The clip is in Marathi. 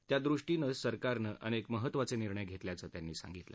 त्यादृष्टीनं सरकारनं अनेक महत्वाचे निर्णय घेतल्याचं त्यांनी सांगितलं